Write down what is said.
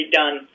done